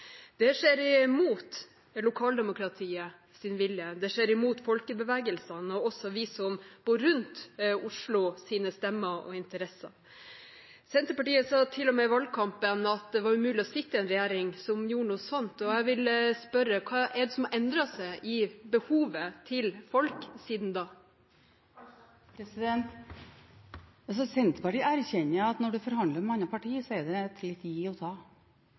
Det skjer mot lokaldemokratiets vilje. Det skjer imot folkebevegelsen og også imot stemmene og interessene til oss som bor rundt Oslo. Senterpartiet sa til og med i valgkampen at det var umulig å sitte i en regjering som gjorde noe sånt. Jeg vil spørre: Hva er det som har endret seg i folks behov siden den tid? Senterpartiet erkjenner at når man forhandler med andre partier, er det litt gi og ta.